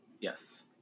yes